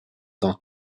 dans